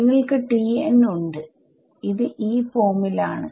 നിങ്ങൾക്ക് ഉണ്ട് ഇത് ഈ ഫോം ൽ ആണ്